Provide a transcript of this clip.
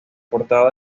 portada